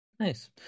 Nice